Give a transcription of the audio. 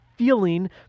feeling